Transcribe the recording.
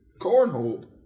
cornhole